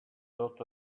dot